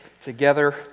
together